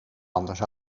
anders